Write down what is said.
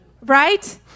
right